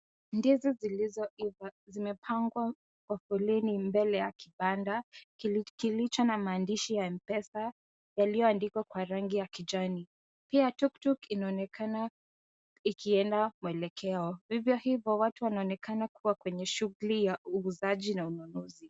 Ndizi zilizoivaa zimepangwa kwa foleni mbele ya kipanda, kilicho na maandishi ya Mpesa, yaliyoandikwa kwa rangi ya kijani. Pia tuk tuk inaonekana ikienda mwelekeo. Vivyo hivyo watu wanaonekana kuwa kwenye shughuli ya uuzaji na ununuzi.